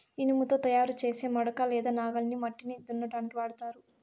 ఇనుముతో తయారు చేసే మడక లేదా నాగలిని మట్టిని దున్నటానికి వాడతారు